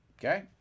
Okay